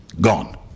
gone